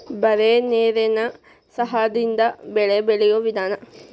ಬರೇ ನೇರೇನ ಸಹಾದಿಂದ ಬೆಳೆ ಬೆಳಿಯು ವಿಧಾನಾ